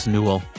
Newell